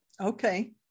Okay